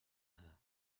her